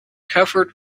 covered